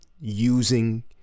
using